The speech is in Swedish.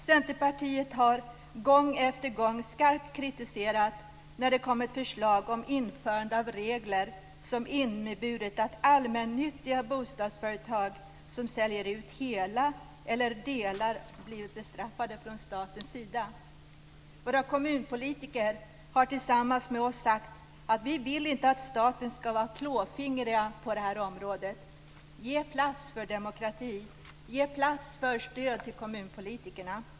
Centerpartiet har gång efter gång skarpt kritiserat förslag som kommit om införande av regler som inneburit att allmännyttiga bostadsföretag som säljer ut hela eller delar blivit bestraffade från statens sida. Våra kommunpolitiker har tillsammans med oss sagt att vi inte vill att staten skall vara klåfingrig på detta område. Ge plats för demokrati. Ge plats för stöd till kommunpolitikerna.